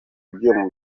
ibyuma